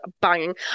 banging